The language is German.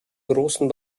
großen